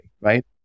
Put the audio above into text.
right